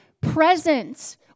presence